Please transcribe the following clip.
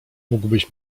mógłbyś